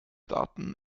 daten